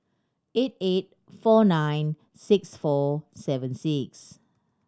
eight eight four nine six four seven six